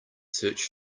search